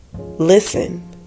Listen